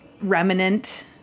Remnant